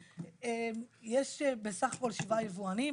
יש בסך הכול שבעה יבואנים.